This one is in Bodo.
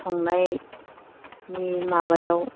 संनायनि माबायाव